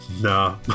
nah